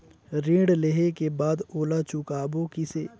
ऋण लेहें के बाद ओला चुकाबो किसे?